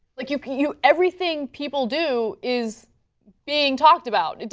like you know everything people do is being talked about. and